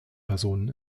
personen